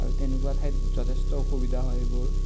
আৰু তেনেকুৱা ঠাইত যথেষ্ট অসুবিধা হয় এইবোৰ